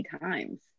times